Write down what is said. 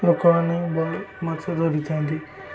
ଲୋକମାନେ ବହୁତ ମାଛ ଧରିଥାନ୍ତି